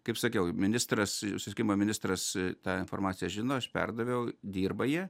kaip sakiau ministras susisiekimo ministras tą informaciją žino aš perdaviau dirba jie